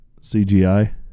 CGI